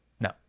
No